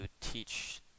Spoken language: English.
teach